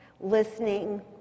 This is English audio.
listening